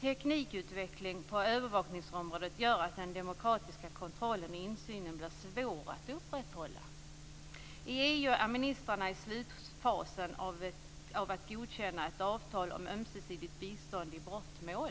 teknikutveckling på övervakningsområdet gör att den demokratiska kontrollen och insynen blir svår att upprätthålla. I EU är ministrarna i slutfasen av att godkänna ett avtal om ömsesidigt bistånd i brottmål.